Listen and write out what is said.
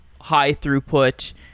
high-throughput